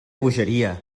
bogeria